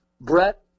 Brett